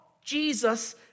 Jesus